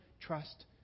trust